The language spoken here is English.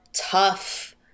tough